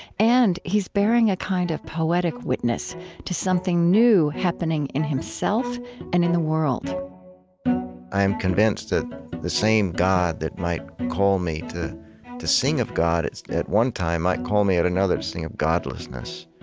and he's bearing a kind of poetic witness to something new happening in himself and in the world i am convinced that the same god that might call me to to sing of god at one time might call me, at another, to sing of godlessness.